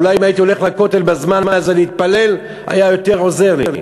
אולי אם הייתי הולך לכותל בזמן הזה להתפלל היה יותר עוזר לי,